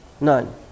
None